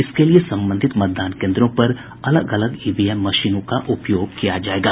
इसके लिए संबंधित मतदान केन्द्रों पर अलग अलग ईवीएम मशीनों का उपयोग किया जायेगा